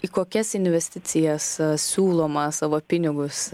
į kokias investicijas siūloma savo pinigus